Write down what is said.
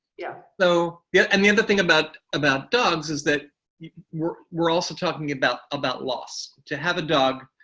yeah. so, yeah and the other thing about about dogs is that we're we're also talking about about loss. to have a dog,